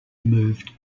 moved